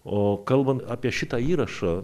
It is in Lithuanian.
o kalbant apie šitą įrašą